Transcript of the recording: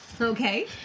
Okay